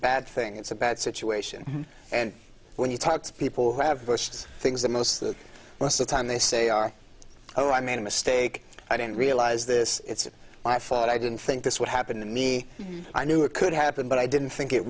bad thing it's a bad situation and when you talk to people who have pushed things the most the most the time they say are oh i made a mistake i didn't realize this it's my fault i didn't think this would happen to me i knew it could happen but i didn't think it